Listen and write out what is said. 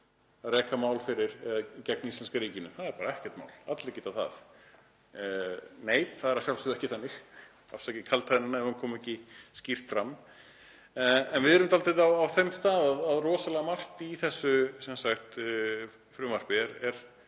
að reka mál gegn íslenska ríkinu, það er bara ekkert mál, allir geta það. Nei, það er að sjálfsögðu ekki þannig. Afsakið kaldhæðnina ef hún kom ekki skýrt fram. En við erum dálítið á þeim stað að rosalega margt í þessu frumvarpi er